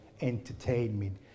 entertainment